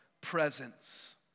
presence